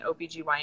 OBGYN